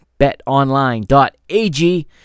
betonline.ag